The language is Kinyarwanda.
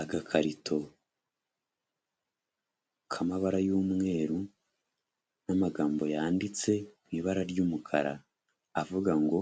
Agakarito k'amabara y'umweru n'amagambo yanditse mu ibara ry'umukara avuga ngo